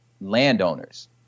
landowners